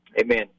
Amen